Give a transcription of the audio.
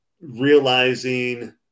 realizing